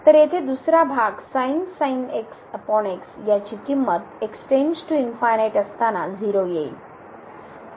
तर येथे दुसरा भाग 0 येईल